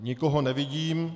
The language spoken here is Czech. Nikoho nevidím.